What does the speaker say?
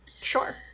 Sure